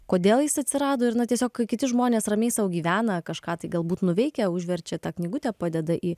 kodėl jis atsirado ir na tiesiog kiti žmonės ramiai sau gyvena kažką tai galbūt nuveikia užverčia tą knygutę padeda į